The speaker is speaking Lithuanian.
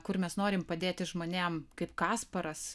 kur mes norim padėti žmonėm kaip kasparas